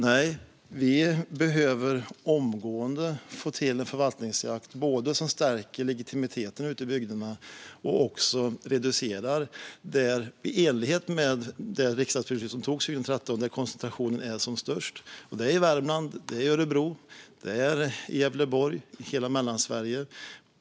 Nej, vi behöver omgående få till en förvaltningsjakt som både stärker legitimiteten ute i bygderna och reducerar beståndet där, i enlighet med det riksdagsbeslut som togs 2013, koncentrationen är som störst. Det gäller Värmland, Örebro och Gävleborg - hela Mellansverige.